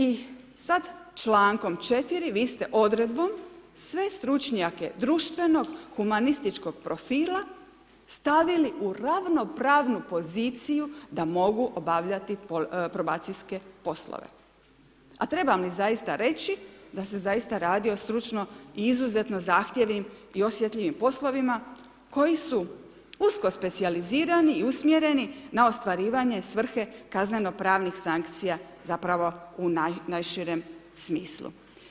I sad člankom 4. vi ste odredbom sve stručnjake društvenog, humanističkog profila stavili u ravnopravnu poziciju da mogu obavljati probacijske poslove, a trebam li zaista reći da se zaista radi o stručno i izuzetno zahtjevnim i osjetljivim poslovima koji su usko specijalizirani i usmjereni na ostvarivanje svrhe kazneno-pravnih sankcija, zapravo u najširem smislu.